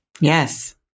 Yes